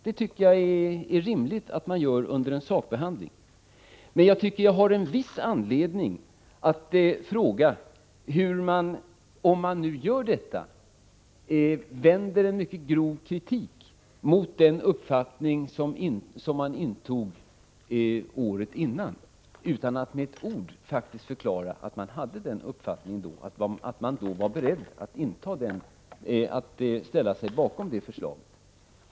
Det är rimligt att man gör under en sakbehandling, men jag tycker att jag har en viss anledning att fråga hur man, om man nu gör detta, kan rikta en mycket grov kritik mot den uppfattning som man intog året innan utan att med ett ord förklara att man då var beredd att inta den uppfattningen och ställa sig bakom förslaget.